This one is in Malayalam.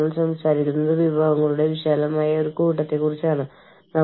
നിങ്ങൾ വീണ്ടും ആനുകൂല്യങ്ങളും നഷ്ടപരിഹാരവും കണക്കാക്കേണ്ടതുണ്ട്